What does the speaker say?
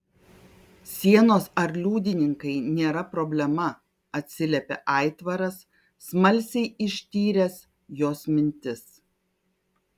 sienos ar liudininkai nėra problema atsiliepė aitvaras smalsiai ištyręs jos mintis